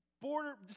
border